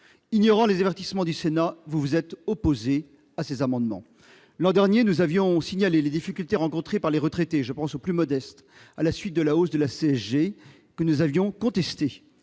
Ignorant les avertissements de notre assemblée, vous vous êtes opposés à ces propositions. L'an dernier, nous avions signalé les difficultés rencontrées par les retraités les plus modestes à la suite de la hausse de la CSG, que nous avions contestée.